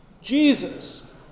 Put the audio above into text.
Jesus